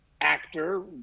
actor